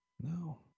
No